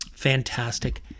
fantastic